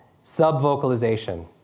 Sub-vocalization